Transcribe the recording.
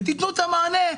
ותנו מענה.